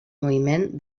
moviment